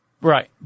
Right